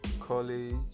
college